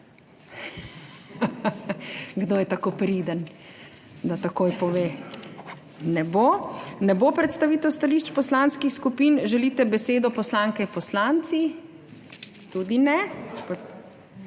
Kdo je tako priden, da takoj pove, da ne bo? Ne bo predstavitev stališč poslanskih skupin. Želite besedo poslanke in poslanci? Tudi ne.